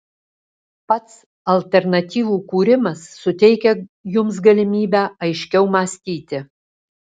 pats alternatyvų kūrimas suteikia jums galimybę aiškiau mąstyti